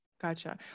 Gotcha